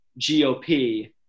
GOP